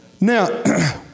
Now